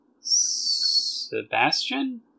sebastian